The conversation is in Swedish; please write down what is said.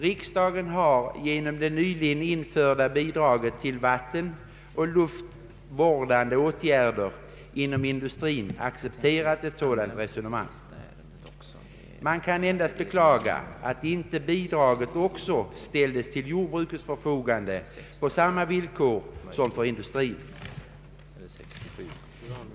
Riksdagen har genom det nyligen införda bidraget till vattenoch luftvårdande åtgärder inom industrin accepterat ett sådant resonemang. Man kan endast beklaga att inte bidraget också ställts till jordbrukets förfogande på samma villkor som för industrin.